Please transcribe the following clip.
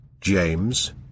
James